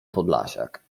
podlasiak